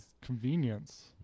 Convenience